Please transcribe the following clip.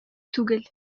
түгел